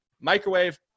microwave